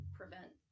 prevent